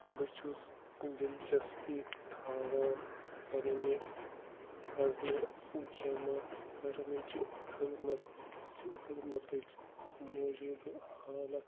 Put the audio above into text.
بہٕ چھُس دِلچَسپی تھاوان پَنٛنہِ فصلہٕ جما کرنٕچ خدمت چہ خدمتٕچ موجوٗدٕ حالات